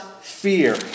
Fear